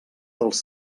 dels